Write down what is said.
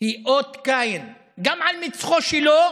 היא אות קין גם על מצחו שלו